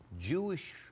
Jewish